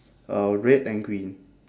uh red and green